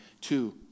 Two